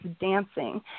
dancing